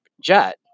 jet